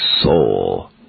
soul